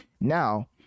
Now